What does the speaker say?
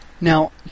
now